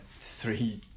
three